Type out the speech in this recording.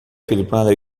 filmado